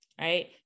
Right